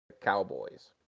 Cowboys